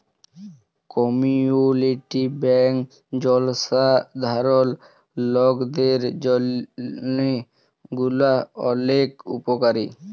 community bank জলসাধারল লকদের জন্হে গুলা ওলেক উপকারী